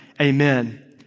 Amen